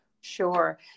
Sure